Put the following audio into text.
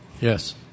Yes